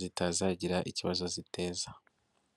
zitazagira ikibazo ziteza.